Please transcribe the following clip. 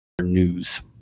news